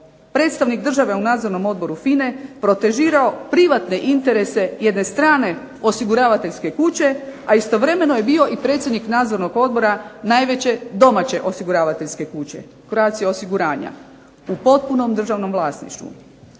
predstavnik države u nadzornom odboru FINA-e protežirao privatne interese jedne strane osiguravateljske kuće a istovremeno je bio i predsjednik nadzornog odbora najveće domaće osiguravateljske kuće, Croatia osiguranja, u potpunom državnom vlasništvu.